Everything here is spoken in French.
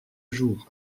jour